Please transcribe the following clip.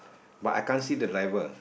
but I can't see the driver